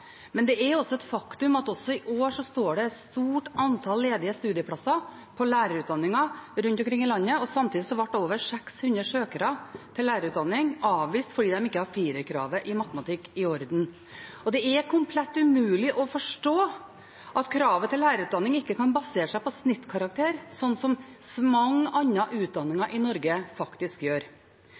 Det er jo bra, men det er et faktum at også i år står det et stort antall ledige studieplasser på lærerutdanningene rundt omkring i landet. Samtidig ble over 600 søkere til lærerutdanningen avvist fordi de ikke hadde firerkravet i matematikk i orden. Det er komplett umulig å forstå at lærerutdanningen ikke kan basere seg på snittkarakter, slik mange andre utdanninger i Norge faktisk gjør.